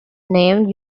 named